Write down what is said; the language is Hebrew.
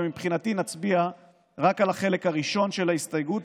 ומבחינתי נצביע רק על החלק הראשון של ההסתייגות,